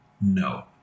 No